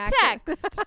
text